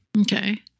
okay